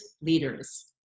leaders